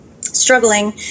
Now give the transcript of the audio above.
struggling